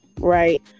right